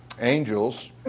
angels